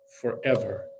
forever